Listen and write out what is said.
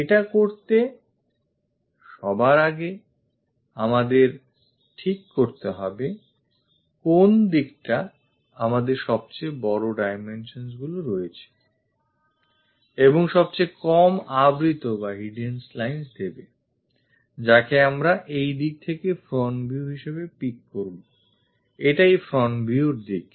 এটা করতে সবার আগে আমাদের ঠিক করতে হবে কোন দিকটা আমাদের সবচেয়ে বড় dimensions গুলো রয়েছে এবং সবচেয়ে কম আবৃত বা hidden lines দেবে যাকে আমরা এই দিক থেকে front view হিসেবে pick করবো এটাই front view র দিক